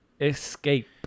Escape